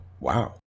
Wow